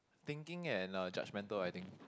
thinking and uh judgemental I think